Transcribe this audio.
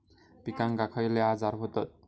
पिकांक खयले आजार व्हतत?